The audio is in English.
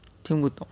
听不懂